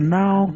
now